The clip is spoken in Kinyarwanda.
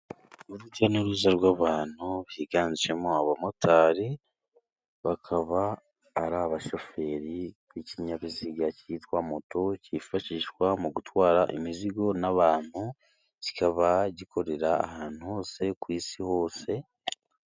Urujya n'uruza rw'abantu higanjemo abamotari, bakaba ari abashoferi b'ikinyabiziga cyitwa moto cyifashishwa mu gutwara imizigo n'abantu, kikaba gikorera ahantu hose ku isi hose.